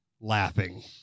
Laughing